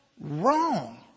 wrong